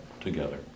together